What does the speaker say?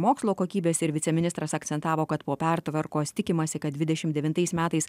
mokslo kokybės ir viceministras akcentavo kad po pertvarkos tikimasi kad dvidešim devintais metais